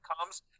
comes